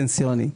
פנסיוני.